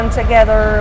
together